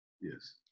Yes